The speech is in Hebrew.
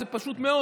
זה פשוט מאוד: